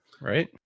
Right